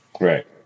Right